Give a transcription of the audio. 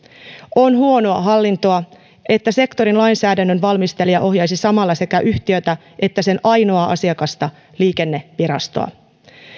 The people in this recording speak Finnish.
on huonoa hallintoa että sektorin lainsäädännön valmistelija ohjaisi samalla sekä yhtiötä että sen ainoaa asiakasta liikennevirastoa